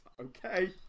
Okay